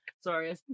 Sorry